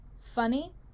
funny